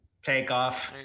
Takeoff